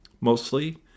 mostly